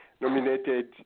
nominated